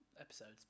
episodes